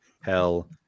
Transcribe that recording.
hell